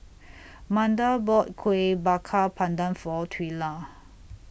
Manda bought Kueh Bakar Pandan For Twila